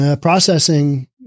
Processing